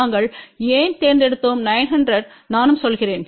நாங்கள் ஏன் தேர்ந்தெடுத்தோம் 900 நானும் சொல்கிறேன்